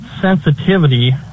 sensitivity